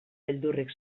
beldurrik